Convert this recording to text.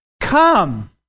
Come